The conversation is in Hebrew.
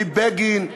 מבגין,